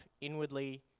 inwardly